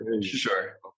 sure